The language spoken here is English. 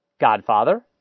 Godfather